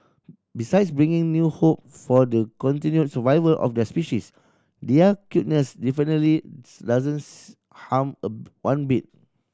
besides bringing new hope for the continued survival of their species their cuteness definitely doesn't harm a one bit